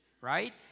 right